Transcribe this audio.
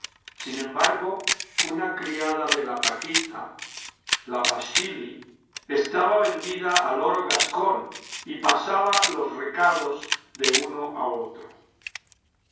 sin embargo una criada de la paquita la baschili estaba vendida al oro gascón y pasaba los recados de uno a otro